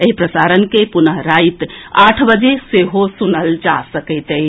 एहि प्रसारण के पुनः राति आठ बजे सेहो सुनल जा सकैत अछि